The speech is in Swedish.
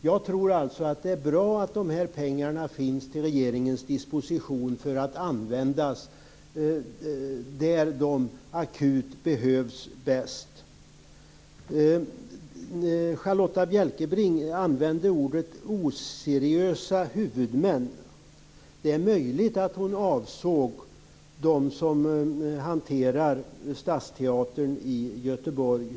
Jag tror alltså att det är bra att dessa pengar finns till regeringens disposition för att användas där de akut bäst behövs. Charlotta Bjälkebring använde uttrycket "oseriösa huvudmän". Det är möjligt att hon avsåg dem som hanterar stadsteatern i Göteborg.